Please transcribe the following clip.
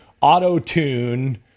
auto-tune